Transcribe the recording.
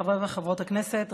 חברי וחברות הכנסת,